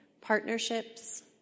partnerships